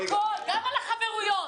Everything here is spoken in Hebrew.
הכול, גם על החברויות.